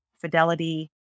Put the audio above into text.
fidelity